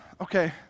okay